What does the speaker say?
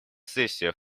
сессия